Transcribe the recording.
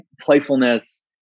playfulness